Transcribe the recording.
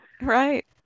Right